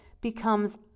becomes